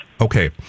Okay